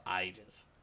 ages